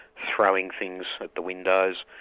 throwing things at the windows.